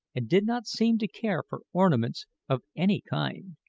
and did not seem to care for ornaments of any kind.